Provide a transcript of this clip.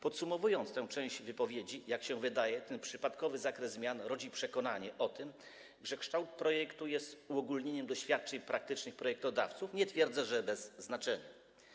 Podsumowując tę część wypowiedzi: jak się wydaje, ten przypadkowy zakres zmian rodzi przekonanie o tym, że kształt projektu jest uogólnieniem doświadczeń praktycznych projektodawców - nie twierdzę, że bez znaczenia.